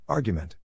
Argument